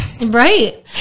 Right